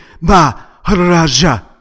Maharaja